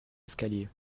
escaliers